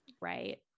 Right